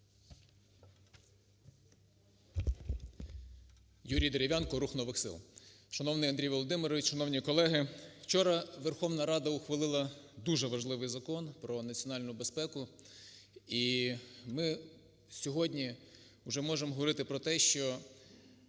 Юрій Дерев'янко, "Рух нових сил". Шановний Андрій Володимирович, шановні колеги! Вчора Верховна Рада ухвалила дуже важливий Закон про національну безпеку і ми сьогодні вже можемо говорити про те, що